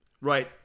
Right